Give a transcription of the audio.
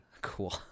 cool